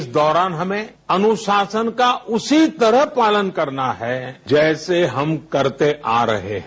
इस दौरान हमें अनुशासन का उसी तरह पालन करना है जैसे हम करते आ रहे हैं